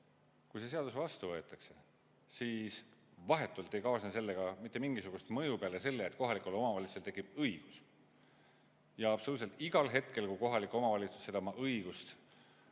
Kui see seadus vastu võetakse, siis vahetult ei kaasne sellega mitte mingisugust mõju peale selle, et kohalikel omavalitsustel tekib õigus. Ja absoluutselt igal hetkel, kui kohalik omavalitsus seda õigust